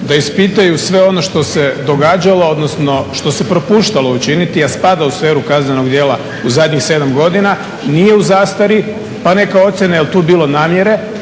da ispitaju sve ono što se događalo, odnosno što se propuštalo učiniti a spada u sferu kaznenog dijela u zadnjih 7. godina nije u zastaru, pa neka ocjene jel tu bilo namjere